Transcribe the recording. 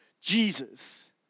Jesus